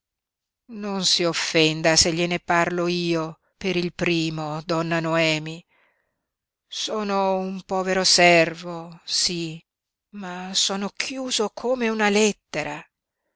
non si offenda se gliene parlo io per il primo donna noemi sono un povero servo sí ma sono chiuso come una lettera